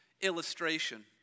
illustration